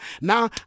Now